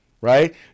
right